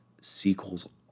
sequels